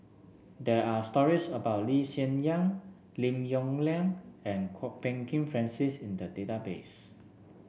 there are stories about Lee Hsien Yang Lim Yong Liang and Kwok Peng Kin Francis in the database